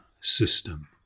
system